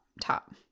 top